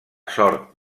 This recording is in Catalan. sort